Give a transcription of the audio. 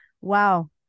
Wow